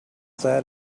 that